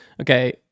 Okay